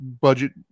budget